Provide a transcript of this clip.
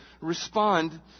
respond